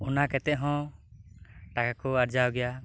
ᱚᱱᱟ ᱠᱟᱛᱮᱫ ᱦᱚᱸ ᱴᱟᱠᱟ ᱠᱚ ᱟᱨᱡᱟᱣ ᱜᱮᱭᱟ